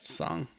song